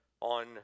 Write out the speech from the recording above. on